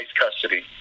custody